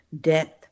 death